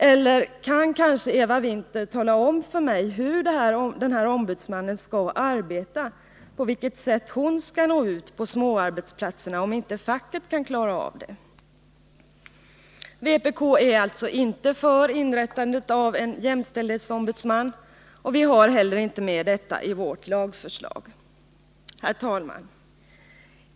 Eller kan Eva Winther tala om för mig hur denna ombudsman skall arbeta? På vilket sätt skall hon nå ut på småarbetsplatserna om inte facket kan klara av det? Vpk är alltså inte för inrättandet av en jämställdhetsombudsman, och vi har inte heller med detta i vårt lagförslag. Herr talman!